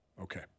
Okay